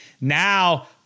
Now